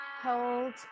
hold